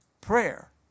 prayer